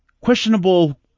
questionable